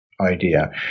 idea